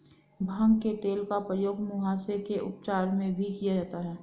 भांग के तेल का प्रयोग मुहासे के उपचार में भी किया जाता है